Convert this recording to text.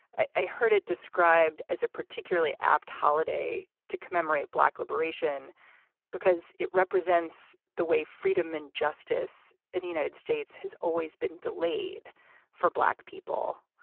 i heard it described as a particularly apt holiday to commemorate black liberation because it represents the way freedom and justice in the united states has always been delayed for black people.